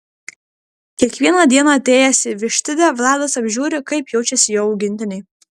kiekvieną dieną atėjęs į vištidę vladas apžiūri kaip jaučiasi jo augintiniai